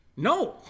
No